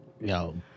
Yo